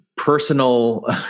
Personal